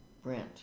Brent